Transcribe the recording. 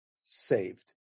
saved